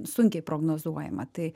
sunkiai prognozuojama tai